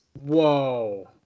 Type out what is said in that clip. Whoa